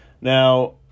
Now